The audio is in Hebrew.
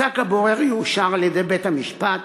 פסק הבורר יאושר על-ידי בית-המשפט